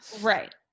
right